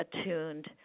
attuned